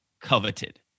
coveted